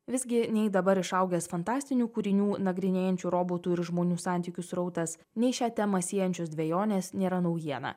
visgi nei dabar išaugęs fantastinių kūrinių nagrinėjančių robotų ir žmonių santykius srautas nei šią temą siejančios dvejonės nėra naujiena